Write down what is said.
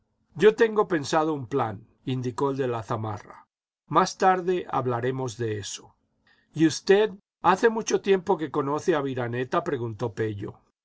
yo tengo pensado un plan indicó el de la zamarra más tarde hablaremos de eso y usted hace mucho tiempo que conoce a aviraneta preguntó pello